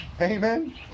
Amen